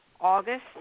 August